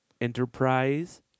Enterprise